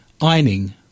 ironing